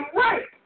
right